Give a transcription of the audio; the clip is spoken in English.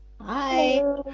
Hi